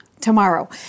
tomorrow